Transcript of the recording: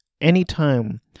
Anytime